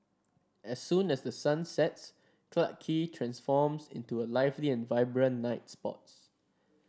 as soon as the sun sets Clarke Quay transforms into a lively and vibrant night spots